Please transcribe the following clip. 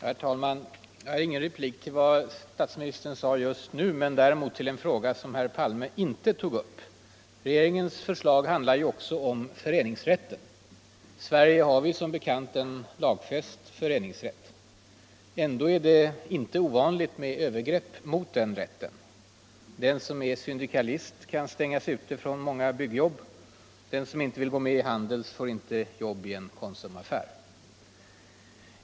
Herr talman! Jag har ingen replik beträffande vad statsministern sade alldeles nyss men däremot rörande en fråga som herr Palme inte tog upp. Regeringens förslag handlar ju också om föreningsrätten. Sverige har som bekant en lagfäst föreningsrätt. Ändå är det inte ovanligt med övergrepp mot den rätten. Den som är syndikalist kan stängas ute från många byggjobb. Den som inte vill gå med i Handels får inte jobb i en Konsumaffär.